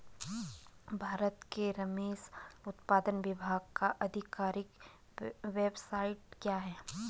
भारत के रेशम उत्पादन विभाग का आधिकारिक वेबसाइट क्या है?